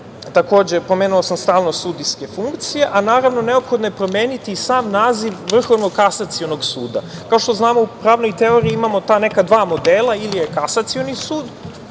jedanaest. Pomenuo sam i stalnost sudijske funkcije, a naravno neophodno je promeniti i sam naziv Vrhovnog kasacionog suda. Kao što znamo u pravnoj teoriji imamo ta dva neka modela ili je Kasacioni sud